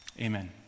Amen